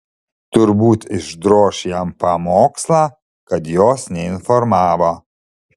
turbūt išdroš jam pamokslą kad jos neinformavo